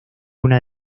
una